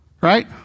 Right